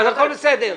אז הכול בסדר.